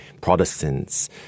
Protestants